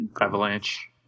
Avalanche